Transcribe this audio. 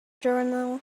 journal